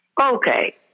Okay